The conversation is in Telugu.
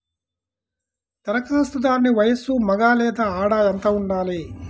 ధరఖాస్తుదారుని వయస్సు మగ లేదా ఆడ ఎంత ఉండాలి?